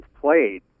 played